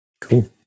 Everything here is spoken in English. cool